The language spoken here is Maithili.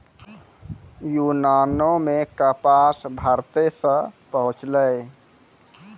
यूनानो मे कपास भारते से पहुँचलै